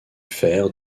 fer